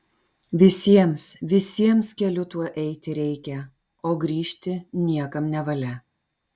visiems visiems keliu tuo eiti reikia o grįžti niekam nevalia